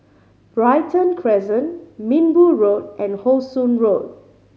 Brighton Crescent Minbu Road and How Sun Road